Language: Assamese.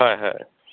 হয় হয়